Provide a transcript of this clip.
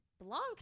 Blanc